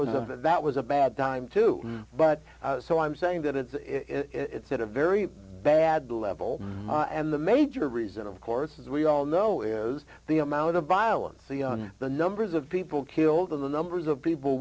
the that was a bad time too but so i'm saying that it's it's at a very bad level and the major reason of course as we all know is the amount of violence the numbers of people killed in the numbers of people